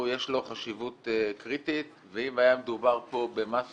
יש לו חשיבות קריטית, ואם היה מדובר פה במסות